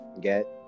get